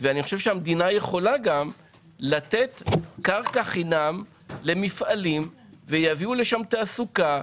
והמדינה יכולה לתת קרקע חינם למפעלים ויביאו לשם תעסוקה,